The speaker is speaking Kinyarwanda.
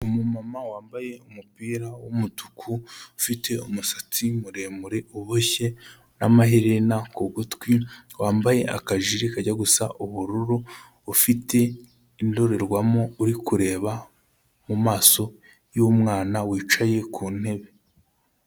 Umumama wambaye umupira w'umutuku ufite umusatsi muremure uboshye n'amaherena ku gutwi, wambaye akajiri kajya gusa ubururu, ufite indorerwamo uri kureba mu maso y'umwana wicaye ku ntebe.